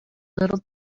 little